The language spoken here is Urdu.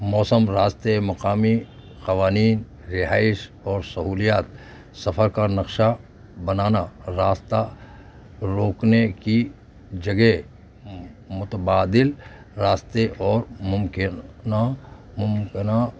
موسم راستے مقامی قوانین رہائش اور سہولیات سفر کا نقشہ بنانا راستہ روکنے کی جگہ متبادل راستے اور ممکنہ ممکنہ